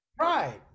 Right